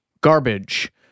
garbage